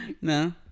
No